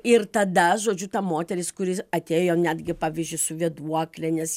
ir tada žodžiu ta moteris kuri atėjo netgi pavyzdžiui su vėduokle nes